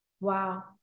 Wow